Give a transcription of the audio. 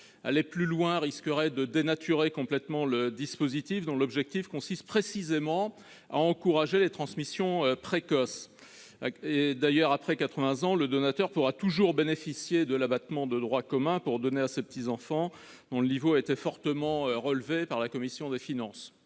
Aller plus loin risquerait de dénaturer le dispositif, dont l'objet consiste précisément à encourager les transmissions précoces. Après quatre-vingts ans, le donateur pourra toujours bénéficier de l'abattement de droit commun pour donner à ses petits-enfants, dont le niveau a été fortement relevé par la commission des finances.